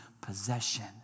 possession